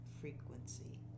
frequency